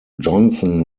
johnson